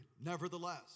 Nevertheless